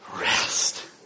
Rest